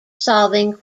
solving